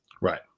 Right